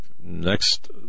Next